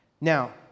now